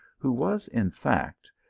who was, in fact,